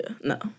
no